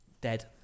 dead